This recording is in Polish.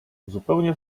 zupełnie